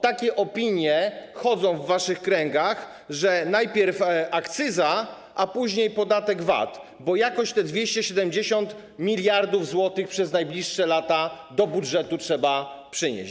Takie opinie szerzą się w waszych kręgach, że najpierw akcyza, a później podatek VAT, bo jakoś te 270 mld zł przez najbliższe lata do budżetu trzeba przynieść.